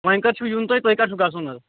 وۅنۍ کَر چھُو یُن تۅہہِ تۅہہِ کَر چھُ گَژھُن حظ